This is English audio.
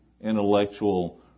intellectual